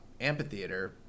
amphitheater